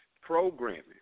Programming